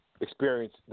experience